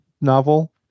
novel